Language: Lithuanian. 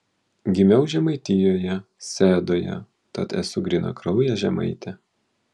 gimiau žemaitijoje sedoje tad esu grynakraujė žemaitė